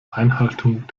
einhaltung